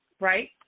right